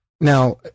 Now